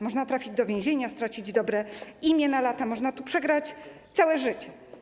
Można trafić do więzienia, stracić dobre imię na lata, można tu przegrać całe życie.